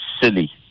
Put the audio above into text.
silly